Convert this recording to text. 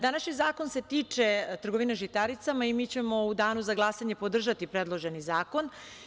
Današnji zakon se tiče trgovine žitaricama i mi ćemo u danu za glasanje podržati predloženi zakon.